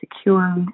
secure